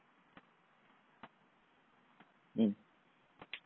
mm